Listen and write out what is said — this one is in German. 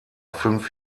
fünf